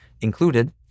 included